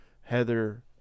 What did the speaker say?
Heather